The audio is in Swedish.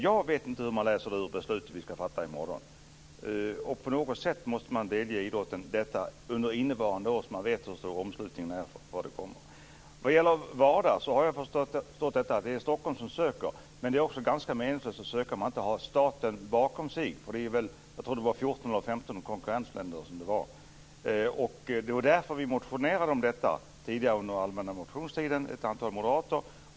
Jag vet inte hur man tolkar det beslut som vi ska fatta i morgon. På något sätt måste idrotten delges detta under innevarande år så att man vet hur stor omslutningen är för det kommande året. Jag har förstått att det är Stockholm som ansöker om WADA. Men det är meningslöst att söka om man inte har staten bakom sig. Jag tror att det rörde sig om 14 eller 15 konkurrentländer. Det var därför som ett antal moderater motionerade om detta under den allmänna motionstiden.